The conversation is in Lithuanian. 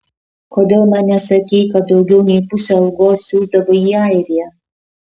kodėl man nesakei kad daugiau nei pusę algos siųsdavai į airiją